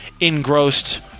engrossed